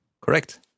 Correct